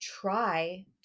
try